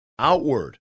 outward